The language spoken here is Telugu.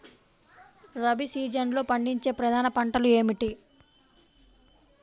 రబీ సీజన్లో పండించే ప్రధాన పంటలు ఏమిటీ?